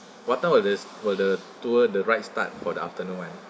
what time was this were the tour the right start for the afternoon [one]